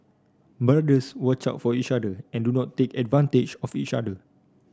brothers watch out for each other and do not take advantage of each other